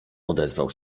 odezwał